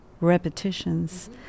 repetitions